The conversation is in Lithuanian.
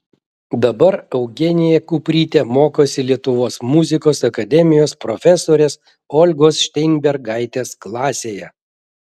dabar eugenija kuprytė mokosi lietuvos muzikos akademijos profesorės olgos šteinbergaitės klasėje